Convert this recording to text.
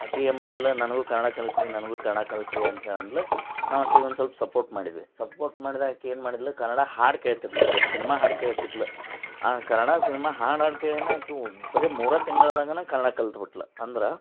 ಆಕೆ ಏನು ಮಾಡಿದ್ಲು ನನಗೂ ಕನ್ನಡ ಕಲ್ಸಿ ರೀ ನನಗೂ ಕನ್ನಡ ಕಲ್ಸಿ ರೀ ಅಂತೇಳಿ ಅಂದ್ಲು ನಾವು ಆಕೆಗ್ ಒಂದು ಸ್ವಲ್ಪ ಸಪೋರ್ಟ್ ಮಾಡಿದ್ವಿ ಸಪೋರ್ಟ್ ಮಾಡ್ದಾಗ ಆಕೆ ಏನು ಮಾಡಿದಳು ಕನ್ನಡ ಹಾಡು ಕೇಳ್ತಿದ್ಲು ಬರೀ ಸಿನ್ಮಾ ಹಾಡು ಕೇಳ್ತಿದ್ಲು ಆ ಕನ್ನಡ ಸಿನ್ಮಾ ಹಾಡು ಹಾಡು ಕೇಳಿನೇ ಆಕೆ ಒ ಬರೀ ಮೂರೇ ತಿಂಗಳ್ದಾಗ ಕನ್ನಡ ಕಲ್ತು ಬಿಟ್ಳು ಅಂದ್ರೆ